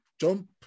jump